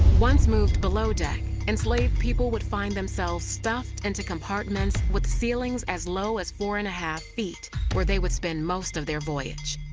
once moved below deck, enslaved people would find themselves stuffed into compartments with ceilings as low as four and a half feet, where they would spend most of their voyage.